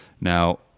now